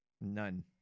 None